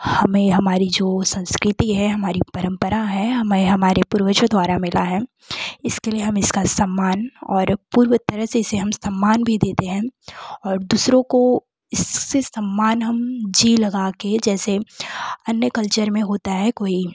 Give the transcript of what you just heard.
हमें हमारी जो संस्कृति है हमारी परंपरा है हमें हमारे पूर्वजों द्वारा मिला है इसके लिए हम इसका सम्मान और पूर्वोत्तर से इसे हम सम्मान भी देते हैं और दूसरों को इससे सम्मान हम जी लगाकर जैसे अन्य कल्चर में होता है कोई